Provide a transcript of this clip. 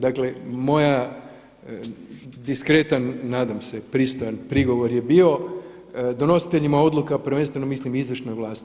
Dakle, moja diskretan nadam se pristojan prigovor je bio donositeljima odluka, prvenstveno mislim izvršne vlasti.